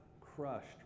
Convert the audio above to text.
crushed